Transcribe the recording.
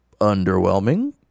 underwhelming